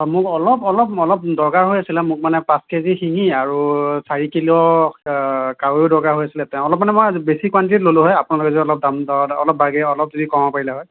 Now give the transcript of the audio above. মোক অলপ অলপ অলপ দৰকাৰ হৈ আছিলে মোক মানে পাঁচ কেজি শিঙি আৰু চাৰি কিলো কাৱৈ দৰকাৰ হৈ আছিলে তেওঁ অলপ মানে মই বেছি কোৱানটিটিত ল'লো হয় আপোনালোকে যদি দাম দৰ বাৰ্গেন অলপ যদি কমাব পাৰিলে হয়